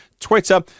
twitter